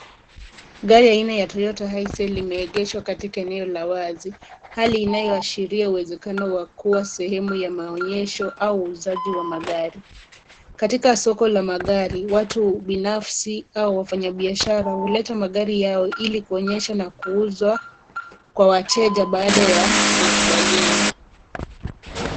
Gari aina ya Toyota Hiace limeegeshwa katika eneo la wazi, hali inayoashiria wa kuwa sehemu ya maonyesho au uuzaji wa magari. Katika soko la magari, watu binafsi au wafanyabiashara huleta magari yao ili kuonyesha na kuuza kwa wateja baada ya makubaliano.